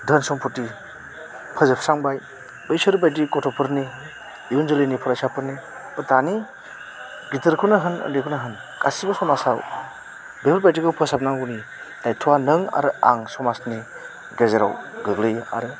धोन सम्फथि फोजोबस्रांबाय बैसोर बायदि गथ'फोरनि इयुन जोलैनि फरायसाोफोरनि दानि गिदिरखौनो होन ओन्दैखौनो होन गासिबो समाजआव बेफोरबायदिखौ फोसाबनांगौनि दायथ'आ नों आरो आं समाजनि गेजेराव गोग्लैयो आरो